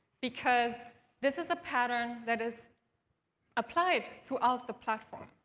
because this is a pattern that is applied throughout the platform.